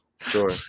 sure